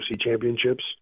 championships